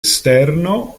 esterno